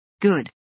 Good